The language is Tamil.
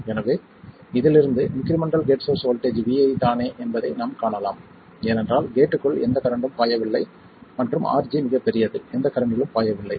எனவே இதிலிருந்து incremental gate source voltage vi தானே என்பதை நாம் காணலாம் ஏனென்றால் கேட்க்குள் எந்த கரண்ட் பாயவில்லை மற்றும் RG மிகப் பெரியது எந்த கரண்ட்டிலும் பாயவில்லை